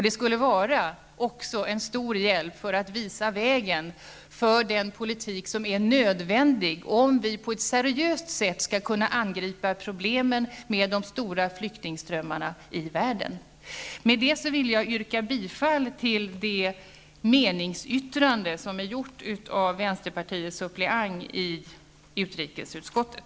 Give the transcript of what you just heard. Det skulle också vara en stor hjälp för att visa vägen för den politik som är nödvändig om vi på ett seriöst sätt skall kunna angripa problemen med de stora flyktingströmmarna i världen. Med det anförda vill jag yrka bifall till den meningsyttring som är gjord av vänsterpartiets suppleant i utrikesutskottet.